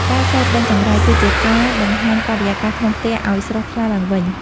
ការសូត្រដេញចង្រៃ គឺជាការសម្អាតបរិយាកាសក្នុងផ្ទះឱ្យស្រស់ថ្លាឡើងវិញ។